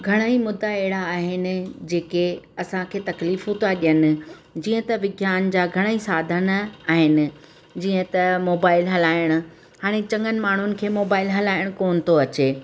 घणा ई मुदा अहिड़ा आहिनि जेके असांखे तकलीफ़ूं था ॾियनि जीअं त विज्ञान जा घणे ई साधन आहिनि जीअं त मोबाइल हलाइण हाणे चङनि माण्हुनि खे मोबाइल हलाइणु कोन थो अचे